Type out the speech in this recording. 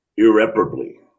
irreparably